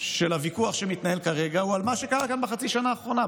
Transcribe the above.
של הוויכוח שמתנהל כרגע הוא על מה שקרה כאן בחצי השנה האחרונה.